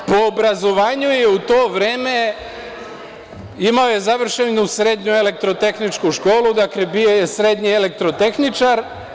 Po obrazovanju je imao u to vreme završenu srednju elektrotehničku školu, dakle bio je srednji elektrotehničar.